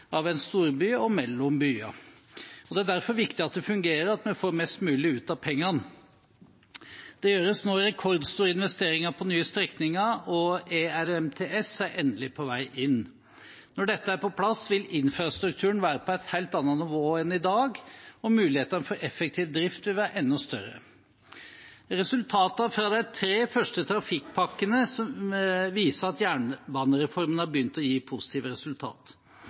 av en storby og mellom byene. Det er derfor viktig at det fungerer, at vi får mest mulig ut av pengene. Det gjøres nå rekordstore investeringer på nye strekninger, og ERMTS er endelig på vei inn. Når dette er på plass, vil infrastrukturen være på et helt annet nivå enn i dag, og mulighetene for effektiv drift vil være enda større. Resultatene fra de tre første trafikkpakkene viser at jernbanereformen har begynt å gi positive